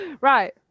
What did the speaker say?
Right